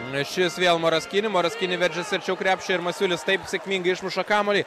na šis vėl moras kini moras kini veržiasi arčiau krepšio ir masiulis taip sėkmingai išmuša kamuolį